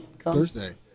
Thursday